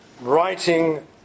writing